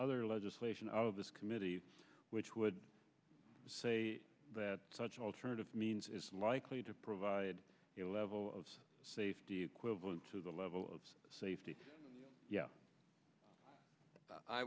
other legislation out of this committee which would say that such alternative means is likely to provide a level of safety equivalent to the level of safety yeah i